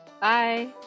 Bye